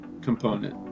component